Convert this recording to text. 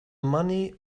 money